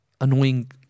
annoying